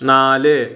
നാല്